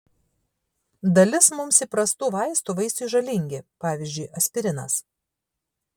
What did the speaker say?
dalis mums įprastų vaistų vaisiui žalingi pavyzdžiui aspirinas